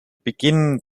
beginnen